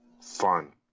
fun